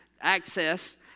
access